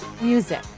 Music